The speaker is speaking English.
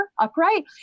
upright